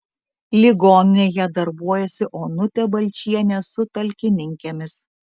ligoninėje darbuojasi onutė balčienė su talkininkėmis